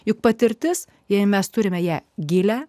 juk patirtis jei mes turime ją gilią